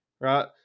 Right